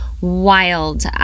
wild